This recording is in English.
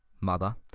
mother